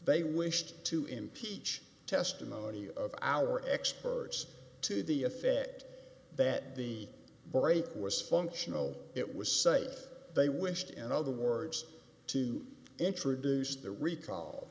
they wish to impeach testimony of our experts to the effect that the break was functional it was say that they wished in other words to introduce the recall